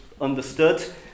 understood